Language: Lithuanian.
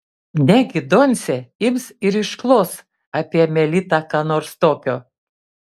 negi doncė ims ir išklos apie melitą ką nors tokio